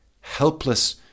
helpless